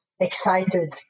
excited